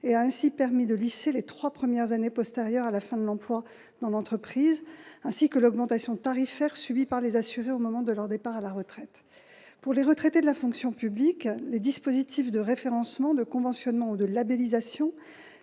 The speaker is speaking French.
et a ainsi permis de lisser les 3 premières années postérieures à la fin de l'emploi dans l'entreprise, ainsi que l'augmentation tarifaire par les assurés, au moment de leur départ à la retraite pour les retraités de la fonction publique, le dispositif de référencement de conventionnement de labellisation